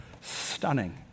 stunning